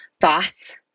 thoughts